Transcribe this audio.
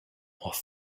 off